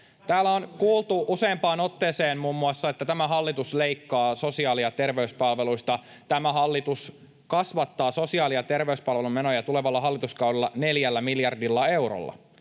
Täällä on kuultu useampaan otteeseen muun muassa, että tämä hallitus leikkaa sosiaali- ja terveyspalveluista. Tämä hallitus kasvattaa sosiaali- ja terveyspalvelujen menoja tulevalla hallituskaudella 4 miljardilla eurolla.